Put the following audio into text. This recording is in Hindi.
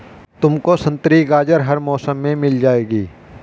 तुमको संतरी गाजर हर मौसम में मिल जाएगी